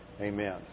Amen